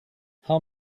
how